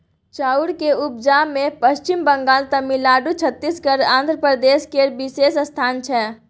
चाउर के उपजा मे पच्छिम बंगाल, तमिलनाडु, छत्तीसगढ़, आंध्र प्रदेश केर विशेष स्थान छै